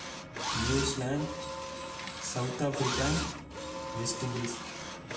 Australia New Zealand South Africa West Indies